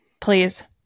please